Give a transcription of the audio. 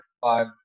five